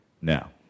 Now